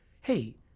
Hey